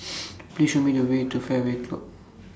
Please Show Me The Way to Fairway Club